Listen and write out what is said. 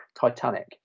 Titanic